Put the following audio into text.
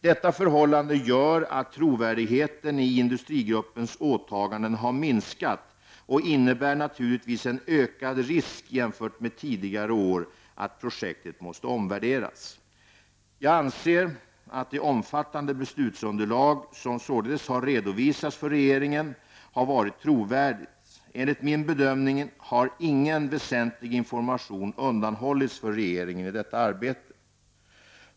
Detta förhållande gör att trovärdigheten i industrigruppens åtaganden har minskat och innebär naturligtvis en ökad risk jämfört med tidigare år för att projektet måste omvärderas. Jag anser att det omfattande beslutsunderlag som således har redovisats för regeringen har varit trovärdigt. Enligt min bedömning har ingen väsentlig information undanhållits för regeringen i detta arbete.